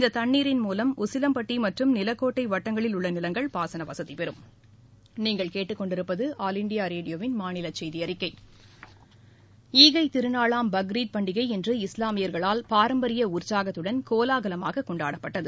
இந்த தண்ணீரின் மூலம் உசிலம்பட்டி மற்றும் நிலக்கோட்டை வட்டங்களில் உள்ள நிலங்கள் பாசன வசதி பெறும் ஈகை திருநாளாம் பக்ரீத் பண்டிகை இன்று இஸ்லாமியர்களால் பாரம்பரிய உற்சாகத்துடன் கோலாகலமாக கொண்டாடப்பட்டது